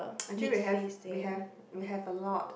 actually we have we have we have a lot